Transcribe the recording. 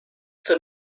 für